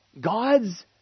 God's